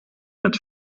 met